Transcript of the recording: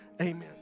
amen